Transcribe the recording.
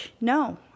no